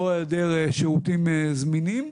או היעדר שירותים זמינים.